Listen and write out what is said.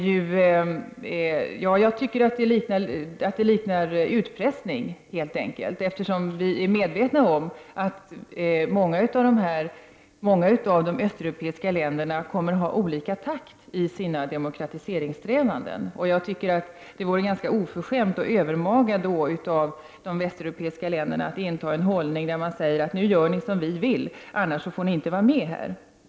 Jag tycker att det liknar utpressning att kräva den typen av utfästelser. Många av de östeuropeiska länderna kommer att ha olika takt i sina demokratiseringssträvanden. Jag tycker att det vore oförskämt och övermaga av de västeuropeiska länderna att då säga: Nu gör ni som vi vill; annars får ni inte vara med här.